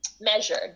measured